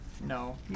No